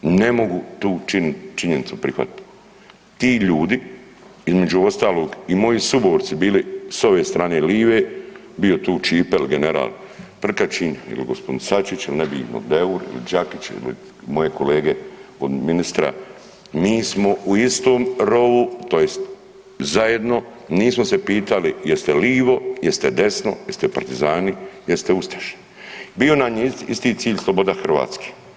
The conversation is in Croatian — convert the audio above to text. Ne mogu tu činjenicu prihvatiti, ti ljudi, između ostalog i moji suborci bili s ove strane live, bio je tu Ćipe general Prkačin il gospodin Sačić il nebitno Deur, Đakić ili moje kolege od ministra, mi smo u istom rovu, tj. zajedno, nismo se pitali jeste livo, jeste desno, jeste partizani jeste ustaše, bio nam je isti cilj, sloboda Hrvatske.